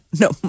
No